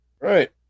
Right